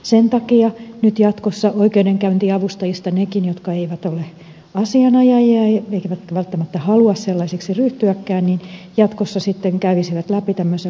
sen takia nyt jatkossa oikeudenkäyntiavustajista nekin jotka eivät ole asianajajia eivätkä välttämättä halua sellaisiksi ryhtyäkään jatkossa sitten kävisivät läpi tämmöisen lupaprosessin